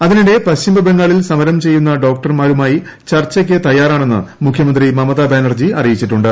അതിനിടെ പശ്ചിമബംഗാളിൽ സമരം ചെയ്യുന്ന ഡോക്ടർമാരുമായി ചർച്ചയ്ക്ക് തയ്യാറാണെന്ന് മുഖ്യമന്ത്രി മമതാ ബാനർജി അറിയിച്ചിട്ടുണ്ട്